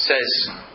says